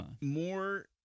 more